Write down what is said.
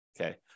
Okay